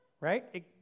right